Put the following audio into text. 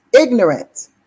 Ignorant